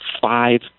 five